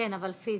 כן, אבל פיזית?